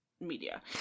media